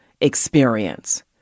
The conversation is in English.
experience